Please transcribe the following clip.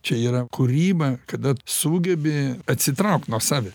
čia yra kūryba kada sugebi atsitraukt nuo savęs